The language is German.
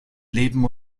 leben